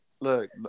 Look